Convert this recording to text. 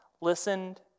listened